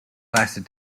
lasted